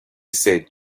said